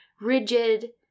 rigid